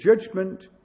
judgment